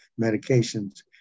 medications